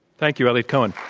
thank you, eliot cohen.